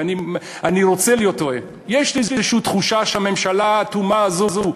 ואני רוצה להיות טועה: יש לי איזו תחושה שהממשלה האטומה הזאת,